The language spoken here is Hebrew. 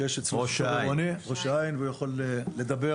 והוא יכול לדבר